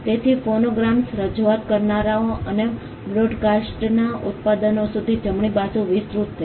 તેથી ફોનોગ્રામ્સ રજૂઆત કરનારાઓ અને બ્રોડકાસ્ટર્સના ઉત્પાદકો સુધી જમણી બાજુ વિસ્તૃત થઈ